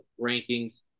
rankings